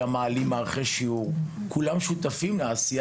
מעלים מערכי שיעור ובעצם שותפים לעשייה